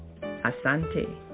asante